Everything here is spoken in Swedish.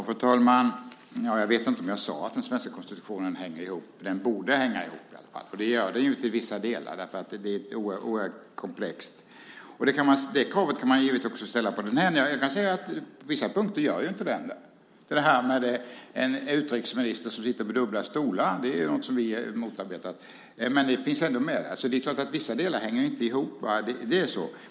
Fru talman! Jag vet inte om jag sade att den svenska konstitutionen hänger ihop. Den borde i alla fall hänga ihop, och det gör den också i vissa delar. Det är oerhört komplext. Detta krav kan man givetvis också ställa på det här dokumentet. Jag kan säga att på vissa punkter gör det inte det. Detta med en utrikesminister som sitter på dubbla stolar är någonting som vi har motarbetat, men det finns ändå med. Det är klart att vissa delar inte hänger ihop. Så är det.